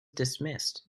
dismissed